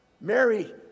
Mary